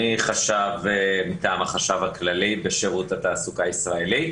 אני חשב מטעם החשב הכללי בשירות התעסוקה הישראלי.